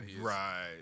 Right